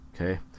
Okay